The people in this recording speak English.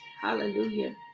Hallelujah